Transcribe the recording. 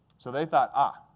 so they thought, ah,